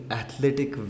athletic